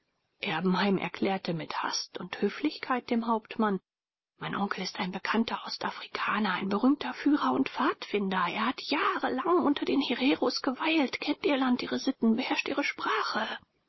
erbenheim erklärte mit hast und höflichkeit dem hauptmann mein onkel ist ein bekannter ostafrikaner ein berühmter führer und pfadfinder er hat jahre lang unter den hereros geweilt kennt ihr land ihre sitten beherrscht ihre sprache